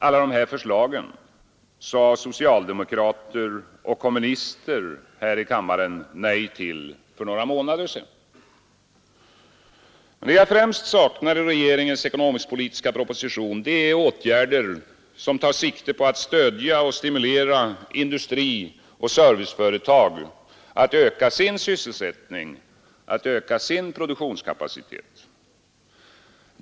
Alla dessa förslag sade socialdemokrater och kommunister här i kammaren nej till för några månader sedan. Det som jag främst saknar i regeringens ekonomisk-politiska proposition är åtgärder, som tar sikte på att stödja och stimulera industrioch serviceföretag att öka sin sysselsättning och sin produktionskapacitet.